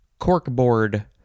corkboard